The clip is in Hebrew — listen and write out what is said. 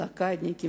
בלוקדניקים,